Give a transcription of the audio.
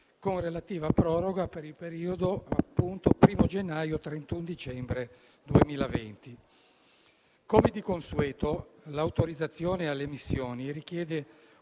con relativa proroga per il periodo 1° gennaio-31 dicembre 2020. Come di consueto, l'autorizzazione alle missioni richiede